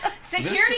Security